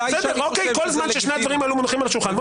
כל זמן ששני הדברים האלה מונחים על השולחן,